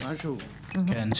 כן,